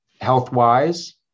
health-wise